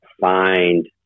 find